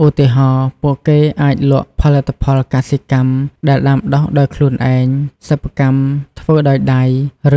ឧទាហរណ៍ ពួកគេអាចលក់ ផលិតផលកសិកម្ម ដែលដាំដុះដោយខ្លួនឯង សិប្បកម្មធ្វើដោយដៃ